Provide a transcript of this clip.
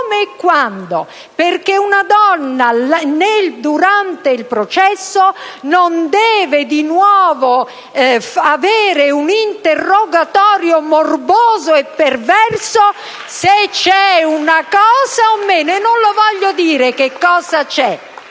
come e quando, perché una donna, durante il processo, non deve di nuovo subire un interrogatorio morboso e perverso, se c'è una cosa o meno. E non lo voglio dire che cosa c'è.